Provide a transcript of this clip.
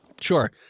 Sure